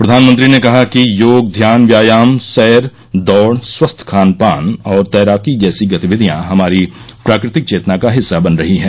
प्रधानमंत्री ने कहा कि योग ध्यान व्यायाम सैर दौड़ स्वस्थ खान पान और तैराकी जैसी गतिविधियां हमारी प्राकृतिक चेतना का हिस्सा बन रही हैं